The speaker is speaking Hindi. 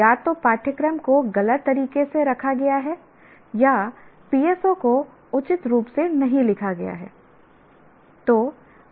या तो पाठ्यक्रम को गलत तरीके से रखा गया है या PSO को उचित रूप से नहीं लिखा गया है